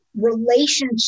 relationship